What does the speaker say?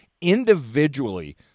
Individually